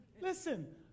Listen